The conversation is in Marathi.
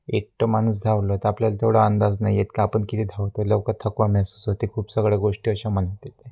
एकटं माणूस धवलं तर आपल्याला तेवढा अंदाज नाही आहेत का आपण किती धावतो आहे लवकर थकवा महसूस होते खूप सगळ्या गोष्टी अशा मनात येते